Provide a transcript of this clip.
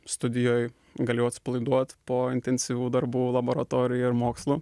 studijoj galėjau atsipalaiduoti po intensyvių darbų laboratorijoj ar mokslų